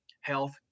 health